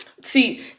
See